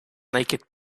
naked